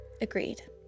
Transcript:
Agreed